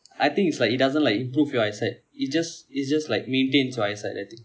I think it's like it doesn't like improve your eyesight it just it's just like maintains your eyesight I think